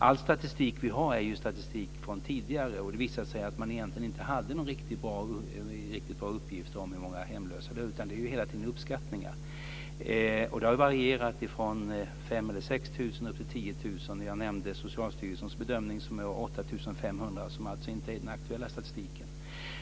All statistik vi har är från tidigare år, och det har visat sig att man egentligen inte haft riktigt bra uppgifter om hur många hemlösa det funnits, utan det har hela tiden varit uppskattningar. Det har varierat från 5 000 eller 6 000 upp till 10 000. Jag nämnde Socialstyrelsens bedömning, som är 8 500, som alltså inte är den aktuella statistiken.